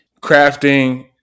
crafting